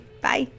Bye